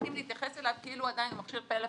נוטים להתייחס אליו כאילו הוא עדיין מכשיר פלאפון,